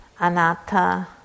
anatta